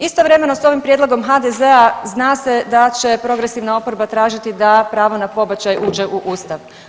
Istovremeno s ovim prijedlogom HDZ-a zna se da će progresivna oporba tražiti da pravo na pobačaj uđe u Ustav.